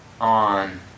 on